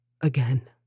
again